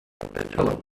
hello